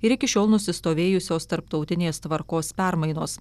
ir iki šiol nusistovėjusios tarptautinės tvarkos permainos